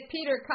Peter